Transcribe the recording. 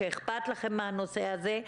אכפת לכם מהנושא הזה.